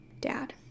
Dad